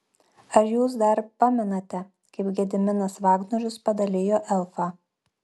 ar jūs dar pamenate kaip gediminas vagnorius padalijo elfą